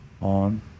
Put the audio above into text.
on